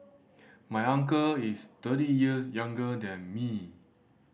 my uncle is thirty years younger than me